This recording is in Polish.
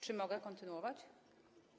Czy mogę kontynuować?